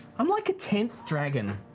i'm like a tenth dragon